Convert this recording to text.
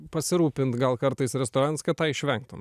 pasirūpint gal kartais restoranas kad tą išvengtum